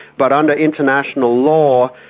but under international law,